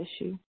issue